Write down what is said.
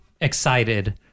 excited